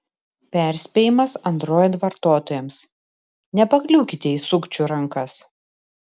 perspėjimas android vartotojams nepakliūkite į sukčių rankas